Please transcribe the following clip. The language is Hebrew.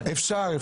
אפשר.